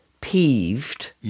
peeved